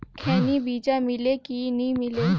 खैनी बिजा मिले कि नी मिले?